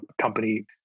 company